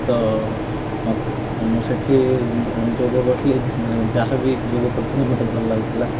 ତ ମୁଁ ସେଇଠି ଯୋଗ କରିଥିଲି ଯାହା ବି ଯୋଗ କରୁଥିଲି ମୋତେ ଭଲ ଲାଗୁଥିଲା